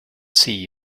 see